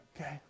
Okay